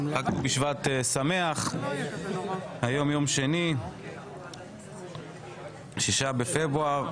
ט"ו בשבט שמח, היום יום שני, 6 בפברואר.